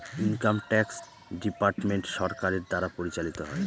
income tax department সরকারের দ্বারা পরিচালিত হয়